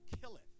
killeth